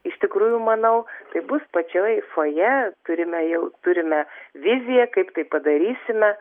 iš tikrųjų manau tai bus pačioj fojė turime jau turime viziją kaip tai padarysime